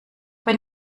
wenn